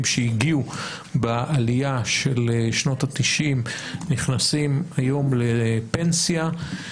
שהגיעו בעלייה של שנות ה-90 נכנסים היום לפנסיה.